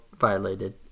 violated